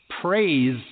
praise